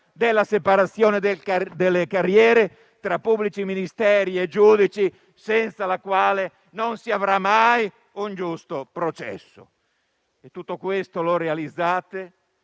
della separazione delle carriere tra pubblici ministeri e giudici, senza la quale non si avrà mai un giusto processo. Tutto questo lo realizzate